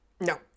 No